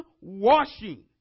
washing